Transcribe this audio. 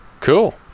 cool